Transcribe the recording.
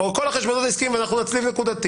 או שאת כל החשבונות העסקיים נצליב נקודתית.